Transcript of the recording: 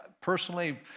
personally